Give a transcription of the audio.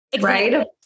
Right